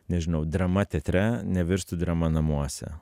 nežinau drama teatre nevirstų drama namuose